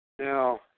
Now